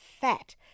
fat